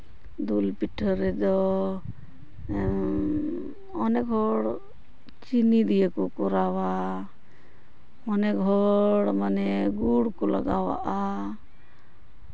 ᱫᱩᱞ ᱯᱤᱴᱷᱟᱹ ᱨᱮᱫᱚ ᱟᱹᱰᱤ ᱦᱚᱲ ᱪᱤᱱᱤ ᱫᱤᱭᱮ ᱠᱚ ᱠᱚᱨᱟᱣᱟ ᱟᱹᱰᱤ ᱦᱚᱲ ᱢᱟᱱᱮ ᱜᱩᱲ ᱠᱚ ᱞᱟᱜᱟᱣ ᱟᱜᱼᱟ